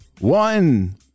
one